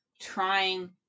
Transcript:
trying